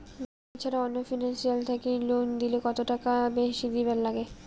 Bank ছাড়া অন্য financial থাকি লোন নিলে কতটাকা বেশি দিবার নাগে?